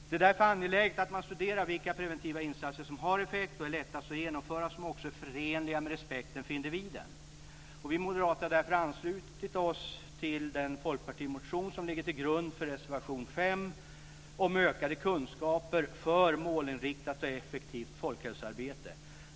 Det är därför angeläget att man studerar vilka preventiva insatser som har effekt, som är lättast att genomföra samt också är förenliga med respekten för individen. Vi moderater har därför anslutit oss till den folkpartimotion som ligger till grund för reservation 5 om ökade kunskaper för ett målinriktat och effektivt folkhälsoarbete.